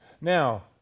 Now